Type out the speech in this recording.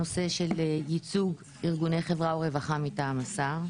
הנושא של ייצוג ארגוני חברה ורווחה מטעם השר,